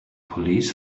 police